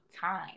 time